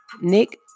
Nick